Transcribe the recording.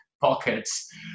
pockets